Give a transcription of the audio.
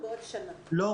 לא.